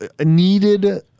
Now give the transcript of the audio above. needed